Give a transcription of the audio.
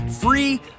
free